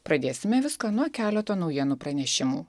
pradėsime viską nuo keleto naujienų pranešimų